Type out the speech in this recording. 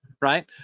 right